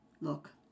Look